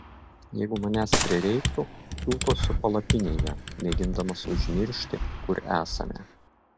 jeigu manęs prireiktų kiūtosiu palapinėje mėgindamas užmiršti kur esame